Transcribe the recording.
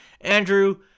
Andrew